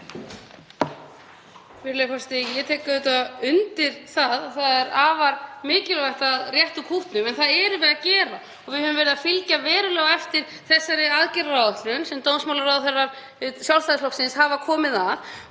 forseti. Ég tek auðvitað undir að það er afar mikilvægt að rétta úr kútnum en það erum við að gera. Við höfum verið að fylgja verulega eftir þessari aðgerðaáætlun sem dómsmálaráðherrar Sjálfstæðisflokksins hafa komið að